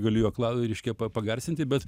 galiu jo klau reiškia pa pagarsinti bet